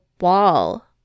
wall